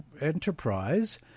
Enterprise